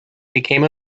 became